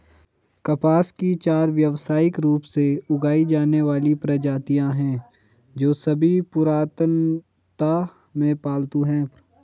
कपास की चार व्यावसायिक रूप से उगाई जाने वाली प्रजातियां हैं, जो सभी पुरातनता में पालतू हैं